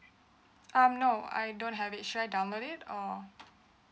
um no I don't have it should I download it or